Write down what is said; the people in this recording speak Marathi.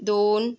दोन